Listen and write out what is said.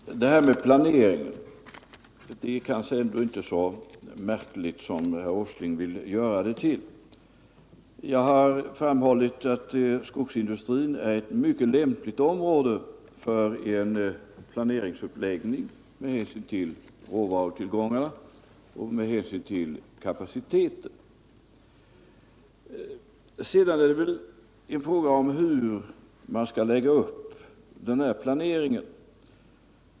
Herr talman! Det här med planering är kanske ändå inte så märkligt som herr Åsling vill göra det till. Jag har framhållit att skogsindustrin med hänsyn till råvarutillgångarna och kapaciteten är ett mycket lämpligt område för en planeringsuppläggning. Frågan är sedan hur man skall lägga upp denna planering.